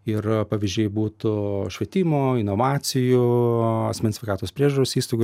ir pavyzdžiai būtų švietimo inovacijų asmens sveikatos priežiūros įstaigų